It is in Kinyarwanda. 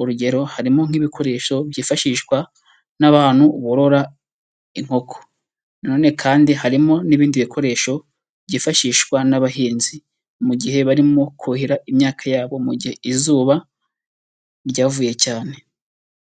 urugero harimo nk'ibikoresho byifashishwa n'abantu borora inkoko, na none kandi harimo n'ibindi bikoresho byifashishwa n'abahinzi mu gihe barimo kuhira imyaka yabo mu gihe izuba ryavuye cyane.